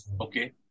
Okay